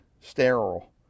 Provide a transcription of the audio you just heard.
sterile